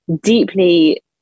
deeply